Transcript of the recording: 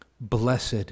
Blessed